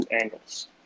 angles